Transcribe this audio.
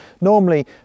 normally